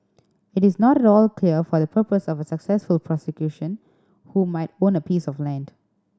it is not at all clear for the purpose of a successful prosecution who might own a piece of land